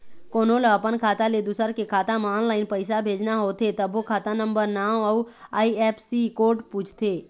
कोनो ल अपन खाता ले दूसर के खाता म ऑनलाईन पइसा भेजना होथे तभो खाता नंबर, नांव अउ आई.एफ.एस.सी कोड पूछथे